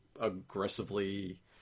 aggressively